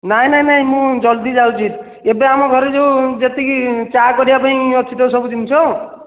ନାଇ ନାଇ ନାଇ ମୁଁ ଜଲ୍ଦି ଯାଉଛି ଏବେ ଆମ ଘରେ ଯୋଉ ଯେତିକି ଚା କରିବା ପାଇଁ ଅଛି ତ ସବୁ ଜିନିଷ